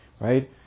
right